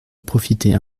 profiter